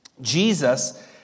Jesus